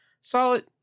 Solid